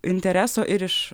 intereso ir iš